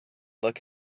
look